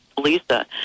Lisa